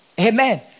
amen